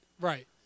Right